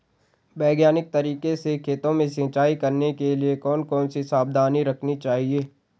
वैज्ञानिक तरीके से खेतों में सिंचाई करने के लिए कौन कौन सी सावधानी रखनी चाहिए?